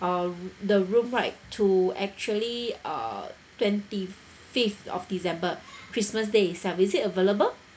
uh the room right to actually uh twenty fifth of december christmas day is it available